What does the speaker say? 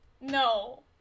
No